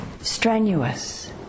strenuous